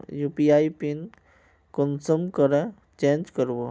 UPI PIN कुंसम करे change करबो?